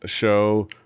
show